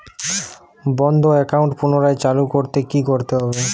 বন্ধ একাউন্ট পুনরায় চালু করতে কি করতে হবে?